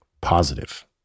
positive